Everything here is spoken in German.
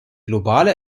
globale